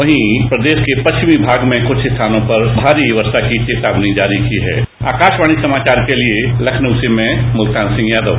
साथ ही प्रदेष के पष्चिमी भाग में कुछ स्थानों पर भारी वर्शा की चेतावनी जारी की है आकाषवाणी समाचार के लिए लखनऊ से मैं मुल्तान सिंह यादव